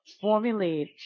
formulate